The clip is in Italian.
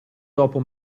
dopo